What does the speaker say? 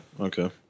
okay